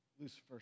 Lucifer